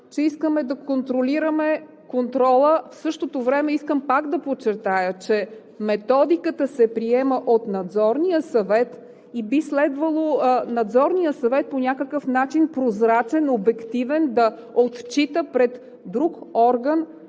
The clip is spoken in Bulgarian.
че искаме да контролираме контрола. В същото време искам пак да подчертая, че методиката се приема от Надзорния съвет и би следвало Надзорният съвет по някакъв начин – прозрачен, обективен, да отчита пред друг орган